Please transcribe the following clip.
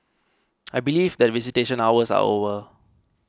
I believe that visitation hours are over